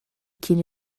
cyn